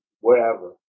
wherever